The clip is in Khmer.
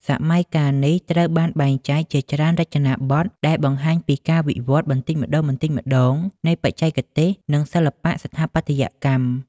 សម័យកាលនេះត្រូវបានបែងចែកជាច្រើនរចនាបថ ដែលបង្ហាញពីការវិវត្តន៍បន្តិចម្តងៗនៃបច្ចេកទេស និងសិល្បៈស្ថាបត្យកម្ម។